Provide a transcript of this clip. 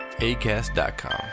ACAST.com